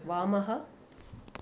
वामः